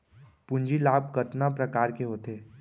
पूंजी लाभ कतना प्रकार के होथे?